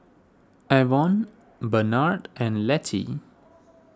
Avon Benard and Lettie